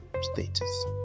status